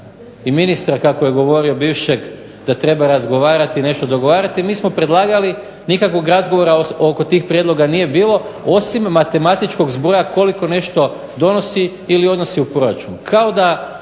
i ministra kako je govorio bivšeg da treba razgovarati, nešto dogovarati. Mi smo predlagali. Nikakvog razgovora oko tih prijedloga nije bilo osim matematičkog zbroja koliko nešto donosi ili odnosi u proračun